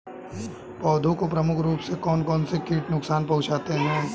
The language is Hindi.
पौधों को प्रमुख रूप से कौन कौन से कीट नुकसान पहुंचाते हैं?